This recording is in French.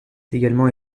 également